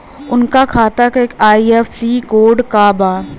उनका खाता का आई.एफ.एस.सी कोड का बा?